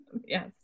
Yes